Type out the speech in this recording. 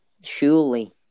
Surely